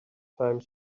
time